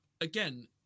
again